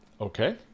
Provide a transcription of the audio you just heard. Okay